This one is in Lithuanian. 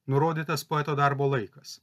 nurodytas poeto darbo laikas